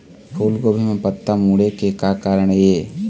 फूलगोभी म पत्ता मुड़े के का कारण ये?